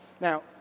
Now